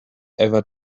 ever